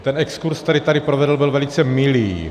Ten exkurz, který tady provedl, byl velice milý.